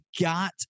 got